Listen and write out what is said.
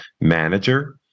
manager